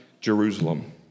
Jerusalem